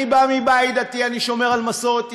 אני בא מבית דתי, אני שומר על מסורת ישראל,